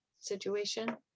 situation